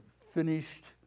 finished